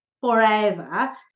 forever